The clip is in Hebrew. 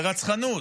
לרצחנות,